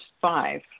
five